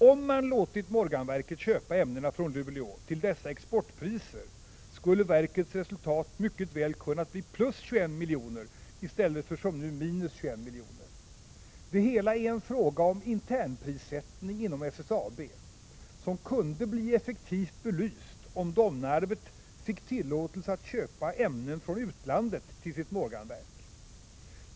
Om man låtit Morganverket köpa ämnena från Luleå till dessa exportpriser, skulle verkets resultat mycket väl ha kunnat bli +21 miljoner i stället för som nu 21 miljoner. Det hela är en fråga om internprissättning inom SSAB som kunde bli effektivt belyst, om Domnarvet fick tillåtelse att köpa ämnen från utlandet till sitt Morganverk.